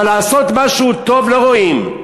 אבל לעשות משהו טוב, לא רואים.